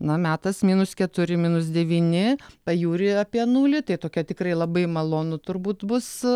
na metas minus keturi minus devyni pajūry apie nulį tai tokia tikrai labai malonu turbūt bus